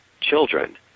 children